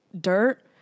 dirt